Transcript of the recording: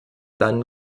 deinen